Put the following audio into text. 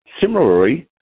similarly